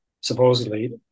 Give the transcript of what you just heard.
supposedly